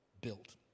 built